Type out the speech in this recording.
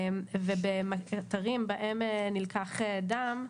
באתרים בהם נלקח דם,